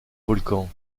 volcan